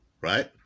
Right